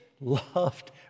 loved